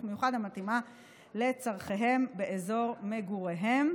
מיוחד המתאימה לצורכיהם באזור מגוריהם.